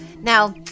Now